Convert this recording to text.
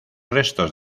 restos